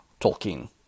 Tolkien